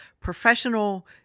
professional